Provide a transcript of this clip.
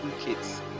kids